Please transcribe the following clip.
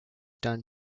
done